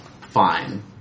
Fine